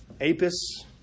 Apis